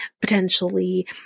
potentially